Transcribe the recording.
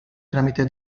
tramite